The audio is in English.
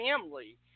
family